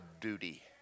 duty